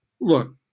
Look